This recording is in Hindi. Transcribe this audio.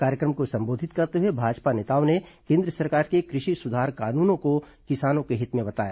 कार्यक्रम को संबोधित करते हुए भाजपा नेताओं ने केन्द्र सरकार के कृषि सुधार कानून को किसानों के हित में बताया